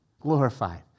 glorified